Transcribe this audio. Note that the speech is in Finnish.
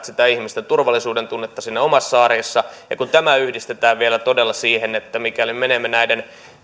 sitä ihmisten turvallisuudentunnetta omassa arjessa kun tämä yhdistetään vielä siihen että mikäli menemme näiden